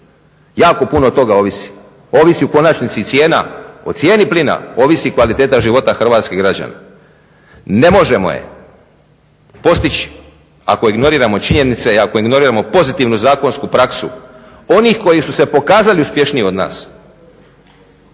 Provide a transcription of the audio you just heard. Jako puno toga ovisi. Ovisi u konačnici i cijena, o cijeni plina ovisi kvaliteta života hrvatskih građana. Ne možemo je postići ako ignoriramo činjenice i ako ignoriramo pozitivnu zakonsku praksu onih koji su se pokazali uspješniji od nas.